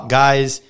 guys